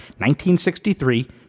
1963